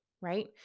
right